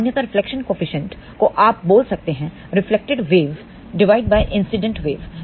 सामान्यतया reflection coefficient को आप बोल सकते हैं रिफ्लेक्टेड वेवइंसीडेंट वेव